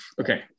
Okay